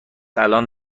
الان